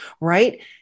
right